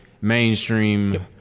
mainstream